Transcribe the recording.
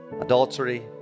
adultery